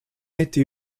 été